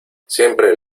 siempre